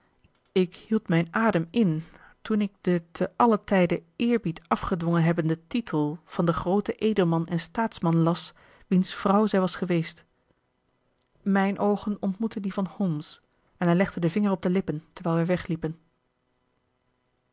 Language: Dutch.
ik hield mijn adem in toen ik den te allen tijde eerbied afgedwongen hebbenden titel van den grooten edelman en staatsman las wiens vrouw zij was geweest mijn oogen ontmoetten die van holmes en hij legde den vinger op de lippen terwijl wij wegliepen